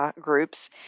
Groups